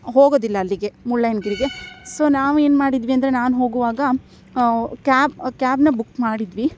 ಹೋಗೋದಿಲ್ಲ ಅಲ್ಲಿಗೆ ಮುಳ್ಳಯ್ಯನಗಿರಿಗೆ ಸೊ ನಾವು ಏನು ಮಾಡಿದ್ವಿ ಅಂದರೆ ನಾನು ಹೋಗುವಾಗ ಕ್ಯಾಬ್ ಕ್ಯಾಬನ್ನ ಬುಕ್ ಮಾಡಿದ್ವಿ